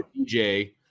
DJ